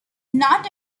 not